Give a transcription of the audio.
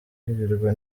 kwirirwa